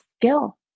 skill